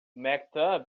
maktub